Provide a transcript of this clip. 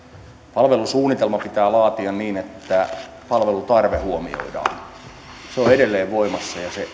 palvelusuunnitelma pitää laatia niin että palvelutarve huomioidaan se on edelleen voimassa ja se